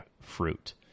fruit